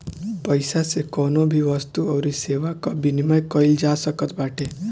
पईसा से कवनो भी वस्तु अउरी सेवा कअ विनिमय कईल जा सकत बाटे